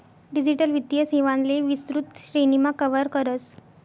digital वित्तीय सेवांले विस्तृत श्रेणीमा कव्हर करस